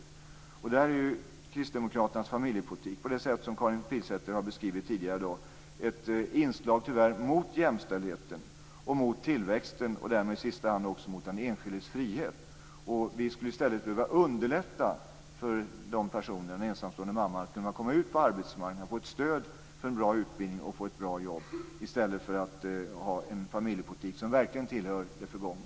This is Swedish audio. Kristdemokraternas familjepolitik är, som Karin Pilsäter har beskrivit tidigare i dag, tyvärr ett inlägg mot jämställdhet, mot tillväxt och därmed i sista hand också mot den enskildes frihet. Vi skulle behöva underlätta för den ensamstående mamman att komma ut på arbetsmarknaden, att få ett stöd för en bra utbildning och att få ett bra jobb i stället för att driva en familjepolitik som verkligen tillhör det förgångna.